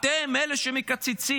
אתם אלה שמקצצים.